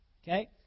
Okay